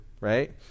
Right